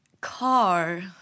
car